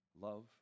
love